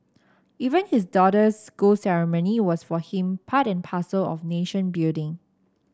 even his daughter's school ceremony was for him part and parcel of nation building